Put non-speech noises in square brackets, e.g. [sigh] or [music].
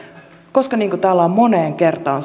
koska niin kuin täällä on moneen kertaan [unintelligible]